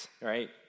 Right